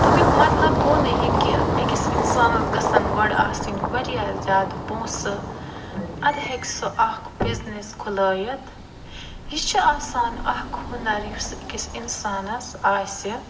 تٔمیٛک مطلب گوٚو نہٕ یہِ کہِ أکِس اِنسانس گَژھَن گۄڈٕ آسٕنۍ وارِیاہ زیادٕ پونٛسہٕ ادٕ ہیٚکہِ سُہ اَکھ بِزنیٚس کھُلٲیِتھ یہِ چھُ آسان اَکھ ہُنر یُس أکِس اِنسانس آسہِ